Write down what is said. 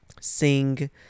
sing